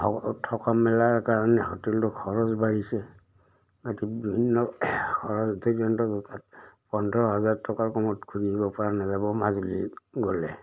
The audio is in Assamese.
থকা মেলাৰ কাৰণে হোটেলটো খৰচ বাঢ়িছে গতিকে বিভিন্ন খৰচ দৰ্যন্ত তাত পোন্ধৰ হাজাৰ টকাৰ কমত ঘূৰি আহিব পৰা নাযাব মাজুলী গ'লে